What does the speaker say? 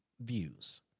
views